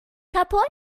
kaputt